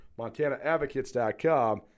MontanaAdvocates.com